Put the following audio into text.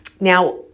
Now